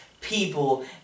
People